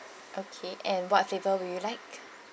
okay and what flavour would you like